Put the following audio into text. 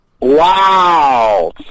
Wow